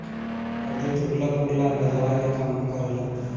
हरदी टूटला फुटला में दवाई के काम करेला